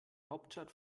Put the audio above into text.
hauptstadt